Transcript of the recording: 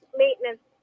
maintenance